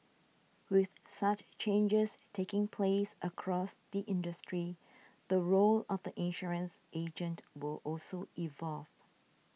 with such changes taking place across the industry the role of the insurance agent will also evolve